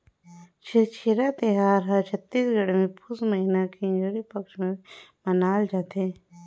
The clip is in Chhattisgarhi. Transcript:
छेरछेरा तिहार हर छत्तीसगढ़ मे पुस महिना के इंजोरी पक्छ मे मनाए जथे